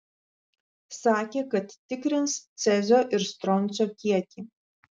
sakė kad tikrins cezio ir stroncio kiekį